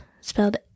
spelled